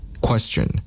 Question